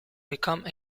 become